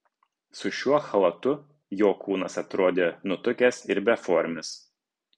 su šiuo chalatu jo kūnas atrodė nutukęs ir beformis